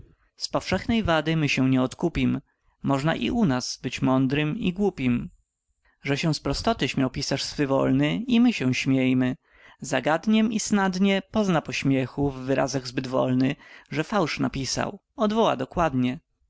przeplata z powszechnej wady my się nie odkupim można i u nas być mądrym i głupim że się z prostoty śmiał pisarz swawolny i my się śmiejmy zawstydzim go snadnie pozna po śmiechu w wyrazach zbyt wolny że fałsz napisał odwoła dokładnie